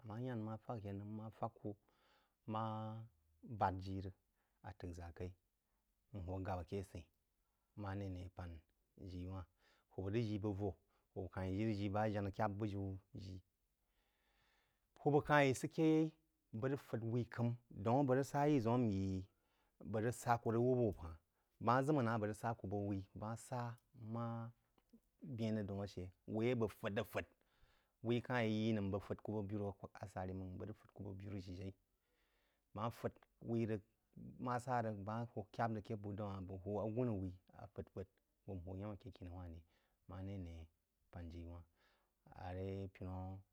Ammá yán nmá fák aké nōu, n má fák kú maá bád ji rəg á t’ək ʒá kaí n hō gáb aké ásəú maré ané pān ji-wahn. Hwūb rəg ji bəg vō, hwūb ka-hnyi rəg ji bəg ajànà kyáp bujiú ji. Hwúb ka-hn yi sə ké yeí bəg rəg fād wuí k’am daun á bəg rəg sá ayiʒəun a nyī bəg rəg sá kú a rəg wūb-wūb há-hn. Bəg ma ʒəm na a bəg rəg sa ku bəg wúí, bəg má sa má bēn rəg daún ashə, wúí á bəg fād rəg fād, wúí ka-h í yí nəm bəg fād ku bəg biru asarí mang bəg rəg fād kú bəg birú-shí-jaí, bəg má fād wúí rəd, ma sarəg, bəg má hō kyāp rəg ake bú daun a-ha-hn bəg hō agūnhnā wúl a fəd fəd n hō yamə aké kini-í wáhn rí – maré ané pān ji – í wáhn aré pinú á